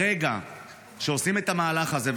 ברגע שעושים את המהלך הזה,